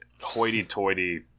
hoity-toity